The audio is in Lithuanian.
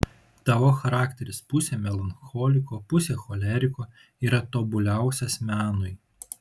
tavo charakteris pusė melancholiko pusė choleriko yra tobuliausias menui